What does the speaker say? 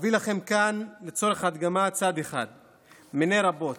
אביא לכם כאן צד אחד מני רבים